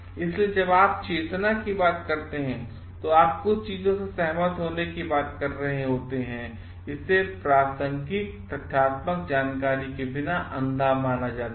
इसलिए जब आपचेतना कीबातकरते हैं जब आप कुछ चीजों से सहमत होने की बात कर रहे होते हैं तो इसे प्रासंगिक तथ्यात्मक जानकारी के बिना अंधा माना जाता है